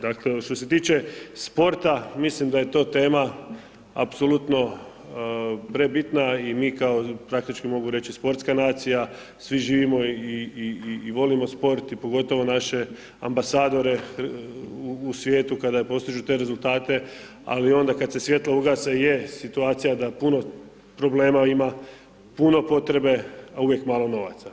Dakle, što se tiče sporta, mislim da je to tema apsolutno prebitna, i mi kao praktički mogu reći sportska nacija, svi živimo i volimo sport i pogotovo naše ambasadore u svijetu kada postižu te rezultate, ali onda kad se svijetla ugase, je, situacija da puno problema ima, puno potrebe, a uvijek malo novaca.